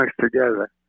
together